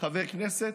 חבר כנסת?